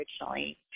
originally